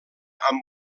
amb